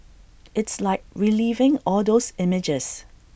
it's like reliving all those images